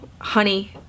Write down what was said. honey